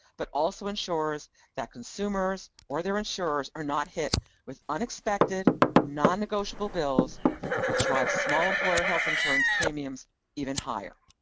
but also ensures that consumers or their insurers are not hit with unexpected non-negotiable bills which drive small employer health insurance premiums even higher.